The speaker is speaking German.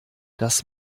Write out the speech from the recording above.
das